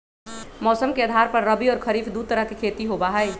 मौसम के आधार पर रबी और खरीफ दु तरह के खेती होबा हई